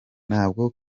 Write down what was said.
ntabwo